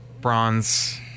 bronze